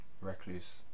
Recluse